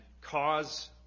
cause